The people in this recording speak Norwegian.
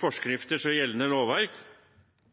forskrifter for gjeldende lovverk.